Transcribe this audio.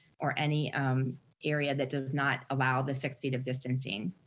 or any um area that does not allow the six feet of distancing.